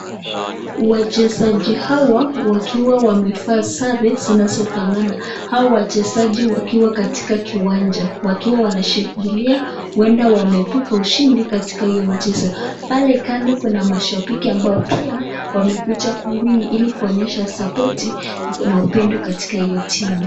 wachezaji hawa wakiwa wamevaa sare zinazofanana, hawa wachezaji wakiwa katika kiwanja wakiwa wakishangilia, uenda wameibuka ushindi katika hiyo mchezo. Pale kando kuna mashabiki ambao pia wamekuja uku ilikuonyesha supoti na upendo katika hiyio timu.